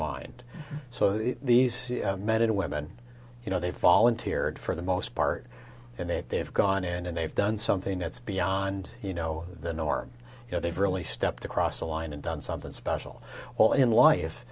mind so these men and women you know they volunteered for the most part and then they've gone and they've done something that's beyond you know the norm you know they've really stepped across the line and done something special well in life